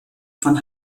von